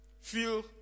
feel